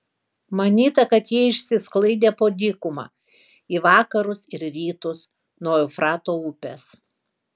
manyta kad jie išsisklaidė po dykumą į vakarus ir rytus nuo eufrato upės